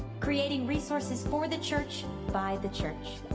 creating resources for the church, by the church.